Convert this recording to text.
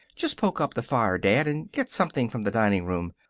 just poke up the fire, dad. and get something from the dining room.